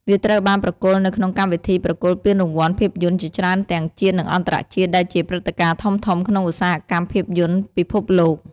វាត្រូវបានប្រគល់នៅក្នុងកម្មវិធីប្រគល់ពានរង្វាន់ភាពយន្តជាច្រើនទាំងជាតិ និងអន្តរជាតិ ដែលជាព្រឹត្តិការណ៍ធំៗក្នុងឧស្សាហកម្មភាពយន្តពិភពលោក។